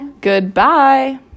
Goodbye